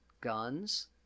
Guns